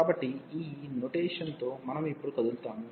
కాబట్టి ఈ నొటేషన్ తో మనం ఇప్పుడు కదులుతాము